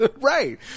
Right